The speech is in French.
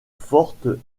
fortes